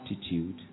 attitude